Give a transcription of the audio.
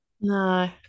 No